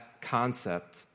concept